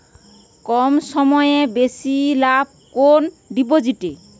কম সময়ে বেশি লাভ কোন ডিপোজিটে?